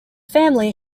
family